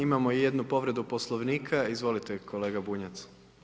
Imao i jednu povredu Poslovnika, izvolite kolega Bunjac.